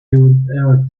ever